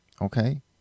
okay